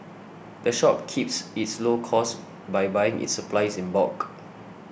the shop keeps its low costs by buying its supplies in bulk